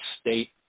state